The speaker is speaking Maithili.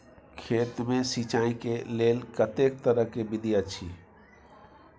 खेत मे सिंचाई के लेल कतेक तरह के विधी अछि?